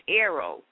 arrow